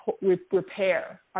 repair